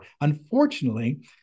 Unfortunately